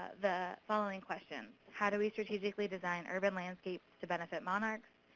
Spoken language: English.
the following questions. how do we strategically design urban landscapes to benefit monarchs?